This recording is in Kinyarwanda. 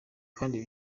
kandi